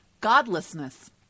Godlessness